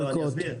לא אני אסביר,